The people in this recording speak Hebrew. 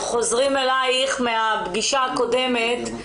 אנחנו חוזרים אליך מהפגישה הקודמת,